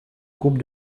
groupe